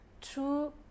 true